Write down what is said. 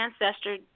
ancestor